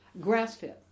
Grass-fed